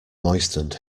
moistened